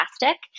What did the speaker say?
plastic